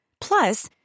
Plus